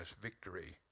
victory